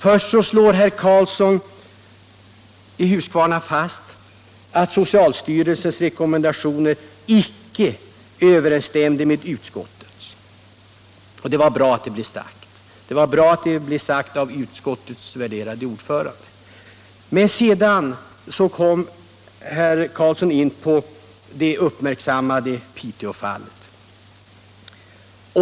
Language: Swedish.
Först slår herr Karlsson fast att socialstyrelsens rekommendationer icke överensstämmer med utskottets, och det var bra att det blev sagt av utskottets värderade ordförande. Men sedan kom herr Karlsson in på det uppmärksammade Piteåfallet.